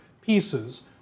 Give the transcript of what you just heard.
pieces